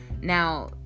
Now